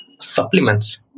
supplements